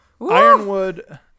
Ironwood